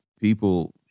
people